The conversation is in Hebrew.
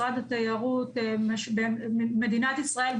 מדינת ישראל,